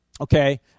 Okay